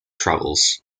travels